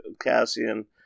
Cassian